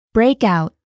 Breakout